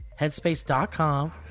Headspace.com